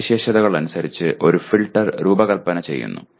സവിശേഷതകൾ അനുസരിച്ച് ഒരു ഫിൽട്ടർ രൂപകൽപ്പന ചെയ്യുന്നു